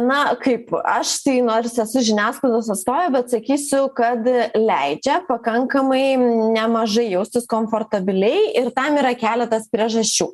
na kaip aš tai nors esu žiniasklaidos atstovė bet sakysiu kad leidžia pakankamai nemažai jaustis komfortabiliai ir tam yra keletas priežasčių